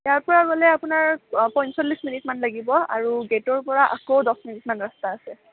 ইয়াৰপৰা মানে আপোনাৰ পঞ্চলিছ মিনিটমান লাগিব আৰু গেটৰপৰা আকৌ দহমিনিটমান ৰাস্তা আছে